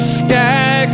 sky